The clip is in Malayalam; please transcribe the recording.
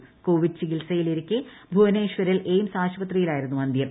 ക്ടോവിഡ് ചികിത്സയിലിരിക്കെ ഭുവനേശ്വറിൽ എയിംസ് ആശുപത്രിയിലായിരുന്നു അന്തൃം